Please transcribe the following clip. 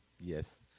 Yes